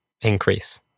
increase